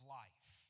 life